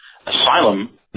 Asylum